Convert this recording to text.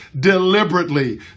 deliberately